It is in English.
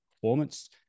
performance